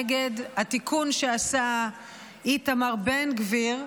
נגד התיקון שעשה איתמר בן גביר,